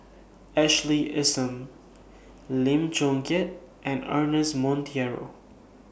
Ashley Isham Lim Chong Keat and Ernest Monteiro